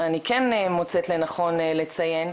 אני כן מוצאת לנכון לציין,